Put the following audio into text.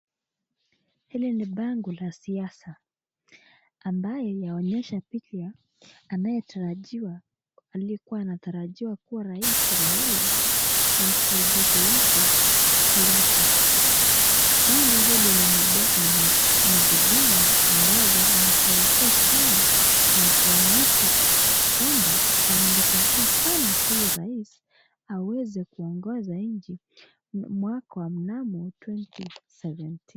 Hili ni bango la siasa, ambayo yaonyesha picha anayetarajiwa aliyekuwa anatarajiwa kuwa rais Raila na msaidizi wake Kalonzo . Bango hili limebebwa na vijana ambao wanasherehekea sana na kuonyesha kwamba wangengetakia sana huyu rais aweze kuongoza nchi mwaka wa mnamo 2027 .